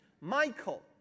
Michael